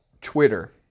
Twitter